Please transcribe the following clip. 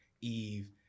Eve